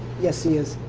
yes, he is.